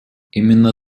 именно